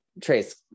trace